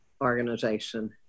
organization